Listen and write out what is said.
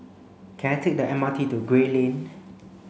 can I take the M R T to Gray Lane